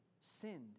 sinned